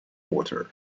water